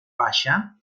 baixa